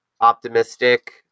optimistic